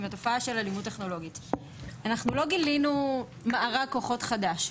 אנחנו לא גילינו מארג כוחות חדש,